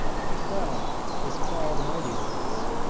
he fell as fall the mighty ones,